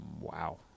Wow